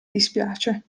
dispiace